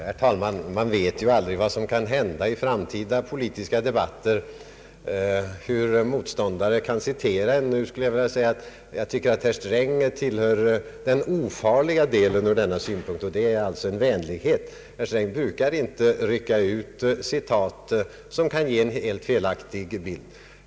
Herr talman! Man vet ju aldrig hur motståndare kan citera en i framtida politiska debatter. Från den synpunkten tycker jag att herr Sträng är ofarlig, och det är menat som en vänlighet. Herr Sträng brukar inte rycka ut citat som kan ge en helt felaktig bild.